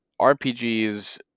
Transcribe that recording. RPGs